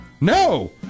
No